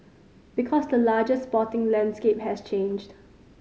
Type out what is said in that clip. because the larger sporting landscape has changed